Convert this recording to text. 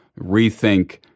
rethink